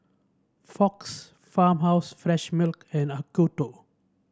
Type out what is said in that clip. Fox Farmhouse Fresh Milk and Acuto